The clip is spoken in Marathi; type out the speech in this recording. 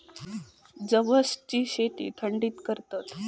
जवसची शेती थंडीत करतत